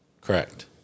Correct